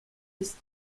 ist